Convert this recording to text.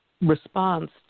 response